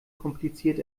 kompliziert